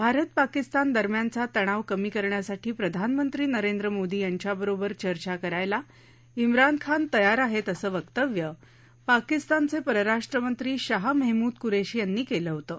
भारत पाकिस्तान दरम्यानचा तणाव कमी करण्यासाठी प्रधानमंत्री नरेंद्र मोदी यांच्याबरोबर चर्चा करायला इम्रान खान तयार आहेत असं वक्तव्य पाकिस्तानचे परराष्ट्रमंत्री शाह मेहमूद कुरेशी यांनी केलं होतं